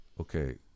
Okay